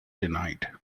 denied